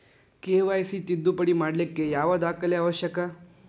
KYC ತಿದ್ದುಪಡಿ ಮಾಡ್ಲಿಕ್ಕೆ ಯಾವ ದಾಖಲೆ ಅವಶ್ಯಕ?